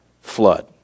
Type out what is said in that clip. flood